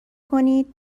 کنید